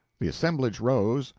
the assemblage rose,